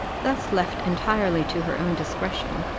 thus left entirely to her own discretion,